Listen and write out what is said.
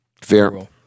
Fair